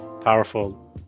powerful